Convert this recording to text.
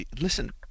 listen